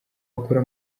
akora